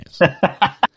Yes